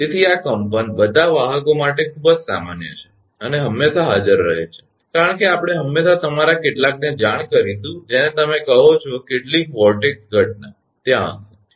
તેથી આ કંપન બધા વાહકો માટે ખૂબ જ સામાન્ય છે અને હંમેશાં હાજર રહે છે કારણ કે આપણે હંમેશાં તમારા કેટલાકને જાણ કરીશું જેને તમે કહો છો કેટલીક વોર્ટેક્ષ ઘટના ત્યાં હશે